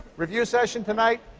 review session tonight.